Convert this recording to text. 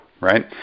right